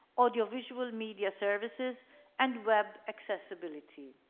audio visual media services and web accessibility.